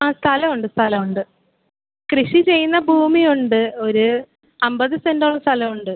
ആ സ്ഥലം ഉണ്ട് സ്ഥലം ഉണ്ട് കൃഷി ചെയ്യുന്ന ഭൂമി ഉണ്ട് ഒരു അമ്പത് സെൻറോളം സ്ഥലം ഉണ്ട്